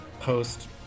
post